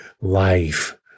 Life